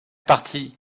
partie